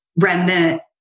remnant